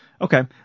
okay